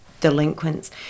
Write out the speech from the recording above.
delinquents